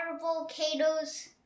volcanoes